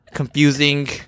Confusing